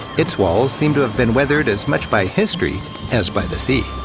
its walls seem to have been weathered as much by history as by the sea.